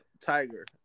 tiger